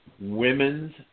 women's